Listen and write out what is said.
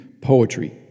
poetry